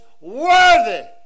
worthy